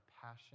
passion